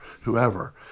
whoever